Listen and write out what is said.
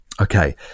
Okay